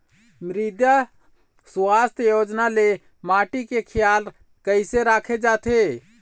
मृदा सुवास्थ योजना ले माटी के खियाल कइसे राखे जाथे?